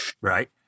right